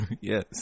Yes